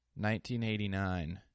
1989